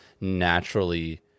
naturally